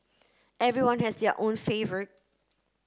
everyone has their own favourite